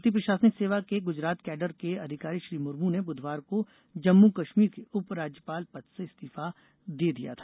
भारतीय प्रशासनिक सेवा के गुजरात कैडर के अधिकारी श्री मुर्मू ने बुधवार को जम्मू कश्मीर के उप राज्यपल पद से इस्तीफा दे दिया था